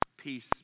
Peace